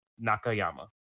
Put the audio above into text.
Nakayama